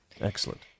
Excellent